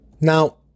Now